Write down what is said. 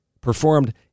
performed